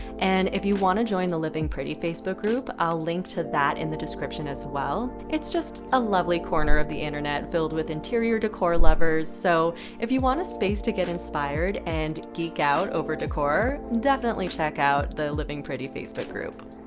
and if you want to join the living pretty facebook group, i'll link to that in the description as well. it's just a lovely corner of the internet filled with interior decor lovers, so if you want a space to get inspired and geek out over decor, definitely check out the living pretty facebook group.